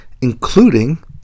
including